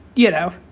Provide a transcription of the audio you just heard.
you know,